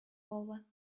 over